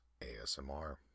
ASMR